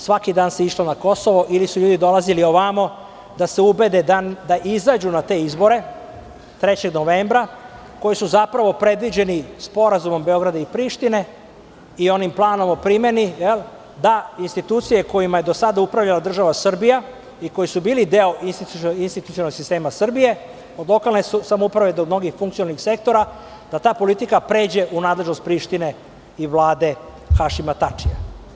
Svaki dan se išlo na Kosovo ili su ljudi dolazili ovamo da se ubede da izađu na te izbore 3. novembra koji su zapravo predviđeni sporazumom Beograda i Prištine i onim planom o primeni, da institucije kojima je do sada upravljala država Srbija i koji su bili deo institucionalnog sistema Srbije, od lokalne samouprave do mnogih funkcionalnih sektora, da ta politika pređe u nadležnost Prištine i vlade Hašima Tačija.